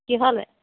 কিহলৈ